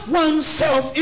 oneself